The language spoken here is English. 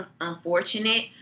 unfortunate